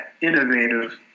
innovative